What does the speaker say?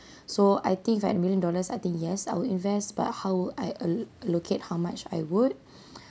so I think if I had a million dollars I think yes I will invest but how I al~ allocate how much I would